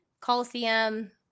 Coliseum